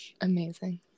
amazing